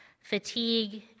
fatigue